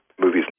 movies